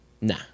Nah